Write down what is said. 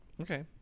Okay